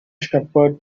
shepherd